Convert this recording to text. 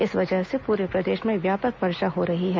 इस वजह से पूरे प्रदेश में व्यापक वर्षा हो रही है